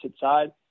side